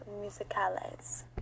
Musicales